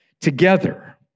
together